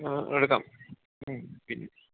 എടുക്കാം ഉം പിന്നെ